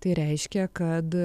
tai reiškia kad